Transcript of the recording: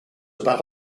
about